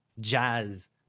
jazz